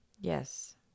yes